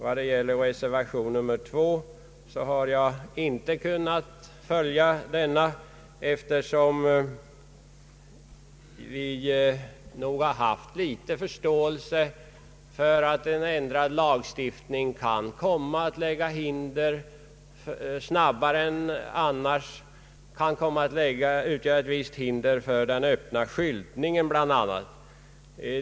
Jag har inte heller kunnat ansluta mig till reservation 2, eftersom vi har viss förståelse för att en ändrad lagstiftning här snabbare än annars kunde komma att utgöra ett visst hinder, bl.a. för den öppna skyltningen.